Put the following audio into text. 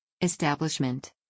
Establishment